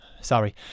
sorry